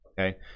Okay